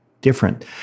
different